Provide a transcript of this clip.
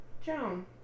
Joan